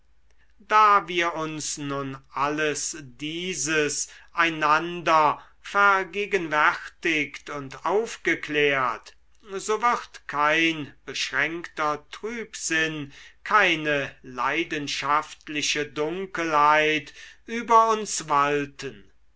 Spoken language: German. da wir uns nun alles dieses einander vergegenwärtigt und aufgeklärt so wird kein beschränkter trübsinn keine leidenschaftliche dunkelheit über uns walten